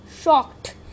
Shocked